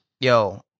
Yo